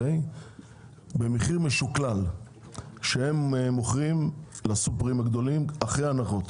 במחיר משוקלל שהם מוכרים לסופרים הגדולים אחרי ההנחות.